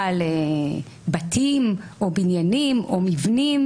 בתים, בניינים או מבנים,